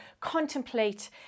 contemplate